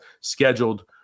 scheduled